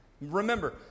Remember